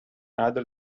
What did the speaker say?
other